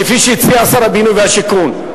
כפי שהציע שר הבינוי והשיכון,